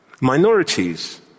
minorities